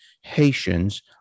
Haitians